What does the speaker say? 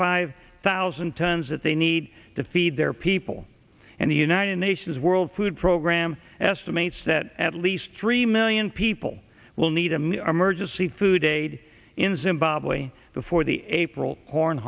five thousand tons that they need to feed their people and the united nations world food program estimates that at least three million people will need to make our emergency food aid in zimbabwe before the april corn